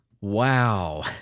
Wow